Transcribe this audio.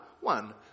One